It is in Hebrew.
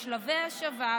בשלבי השבה,